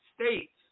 states